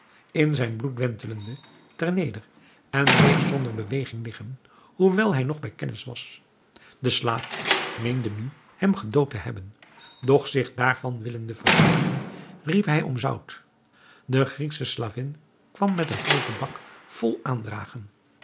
in zijn bloed wentelende ter neder en bleef zonder beweging liggen hoewel hij nog bij kennis was de slaaf meende nu hem gedood te hebben doch zich daarvan willende verzekeren riep hij om zout de grieksche slavin kwam met een grooten bak vol aandragen